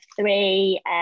three